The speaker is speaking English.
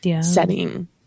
setting